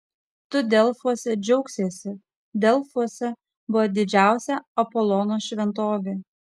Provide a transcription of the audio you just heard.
tu delfuose džiaugsiesi delfuose buvo didžiausia apolono šventovė